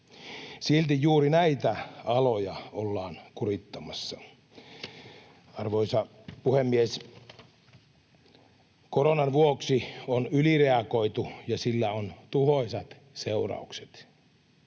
Silti juuri näitä aloja ollaan kurittamassa. Arvoisa puhemies! Koronan vuoksi on ylireagoitu, ja sillä on tuhoisat seuraukset.